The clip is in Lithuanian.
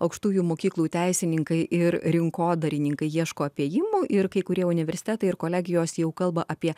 aukštųjų mokyklų teisininkai ir rinko ieško apėjimo ir kai kurie universitetai ir kolegijos jau kalba apie